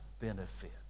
benefit